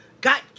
got